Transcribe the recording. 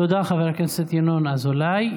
תודה, חבר הכנסת ינון אזולאי.